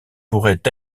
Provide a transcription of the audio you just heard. pourraient